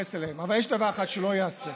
אתייחס אליהם, אבל יש דבר אחד שלא ייעשה.